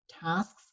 tasks